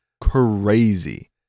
crazy